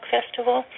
Festival